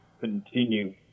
continue